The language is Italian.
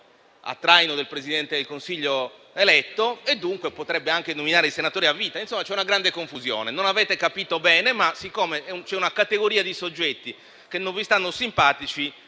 a traino del Presidente del Consiglio eletto e dunque potrebbe anche nominare i senatori a vita. Insomma, c'è una grande confusione. Non avete capito bene, ma siccome c'è una categoria di soggetti che non vi stanno simpatici,